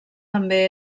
també